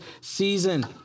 season